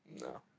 No